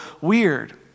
weird